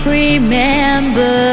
remember